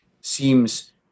seems